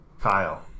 Kyle